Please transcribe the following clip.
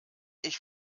ich